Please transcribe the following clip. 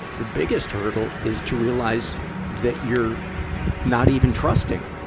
the biggest hurdle is to realize that you're not even trusting,